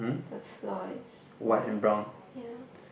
the floor is white ya